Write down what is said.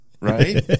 right